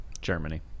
Germany